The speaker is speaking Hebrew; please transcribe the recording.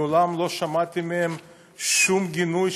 מעולם לא שמעתי מהם שום גינוי,